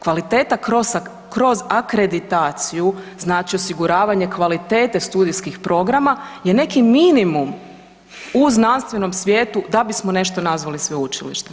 Kvaliteta kroz akreditaciju znači osiguravanje kvalitete studijskih programa je neki minimum u znanstvenom svijetu da bismo nešto nazvali sveučilištem.